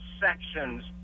sections